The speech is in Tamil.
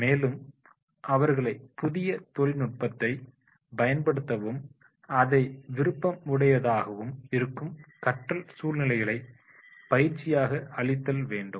மேலும் அவர்களை புதிய தொழில்நுட்பத்தை பயன்படுத்தவும் அதை விருப்பம் உடையதாகவும் இருக்கும் கற்றல் சூழ்நிலைகளை பயிற்சியாக அளித்தல் வேண்டும்